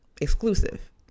exclusive